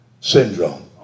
syndrome